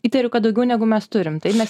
įtariu kad daugiau negu mes turim taip nes